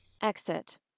exit